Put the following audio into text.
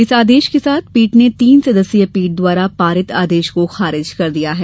इस आदेश के साथ पीठ ने तीन सदस्यीय पीठ द्वारा पारित आदेश को खारिज कर दिया है